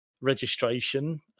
registration